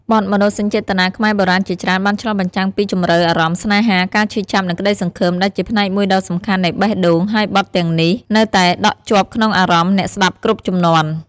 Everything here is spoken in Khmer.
បទមនោសញ្ចេតនាខ្មែរបុរាណជាច្រើនបានឆ្លុះបញ្ចាំងពីជម្រៅអារម្មណ៍ស្នេហា ការឈឺចាប់ និងក្តីសង្ឃឹម ដែលជាផ្នែកមួយដ៏សំខាន់នៃបេះដូង ហើយបទទាំងនេះនៅតែដក់ជាប់ក្នុងអារម្មណ៍អ្នកស្តាប់គ្រប់ជំនាន់។